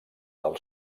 del